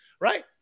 Right